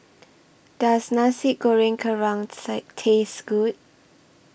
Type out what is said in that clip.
Does Nasi Goreng Kerang Taste Good